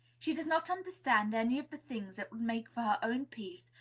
she does not understand any of the things that would make for her own peace,